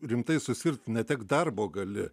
rimtai susirgt netekt darbo gali